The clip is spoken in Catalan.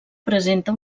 presenta